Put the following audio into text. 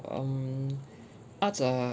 um arts are